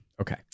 Okay